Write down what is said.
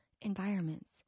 environments